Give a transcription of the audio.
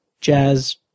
jazz